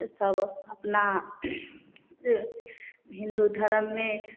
सब अपना हिन्दू धर्ममे